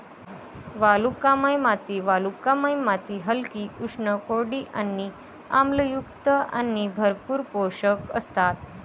वालुकामय माती वालुकामय माती हलकी, उष्ण, कोरडी आणि आम्लयुक्त आणि भरपूर पोषक असतात